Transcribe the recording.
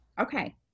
Okay